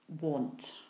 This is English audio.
want